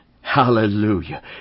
hallelujah